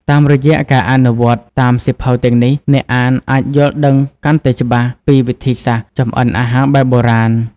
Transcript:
តាមរយៈការអនុវត្តតាមសៀវភៅទាំងនេះ អ្នកអានអាចយល់ដឹងកាន់តែច្បាស់ពីវិធីសាស្ត្រចម្អិនអាហារបែបបុរាណ។